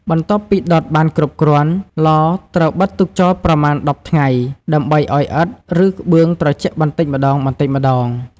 បន្ទាប់ពីដុតបានគ្រប់គ្រាន់ ឡត្រូវបិទទុកចោលប្រមាណ ១០ ថ្ងៃ ដើម្បីឱ្យឥដ្ឋ ឬក្បឿងត្រជាក់បន្តិចម្តងៗ។